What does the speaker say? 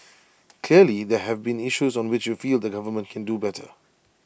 clearly there have been issues on which you feel the government can do better